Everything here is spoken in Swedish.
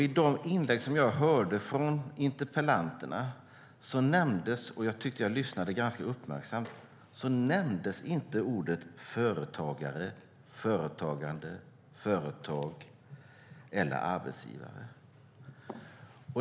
I de inlägg jag hörde från interpellanterna - och jag tyckte att jag lyssnade uppmärksamt - nämndes inte orden företagare, företagande, företag eller arbetsgivare.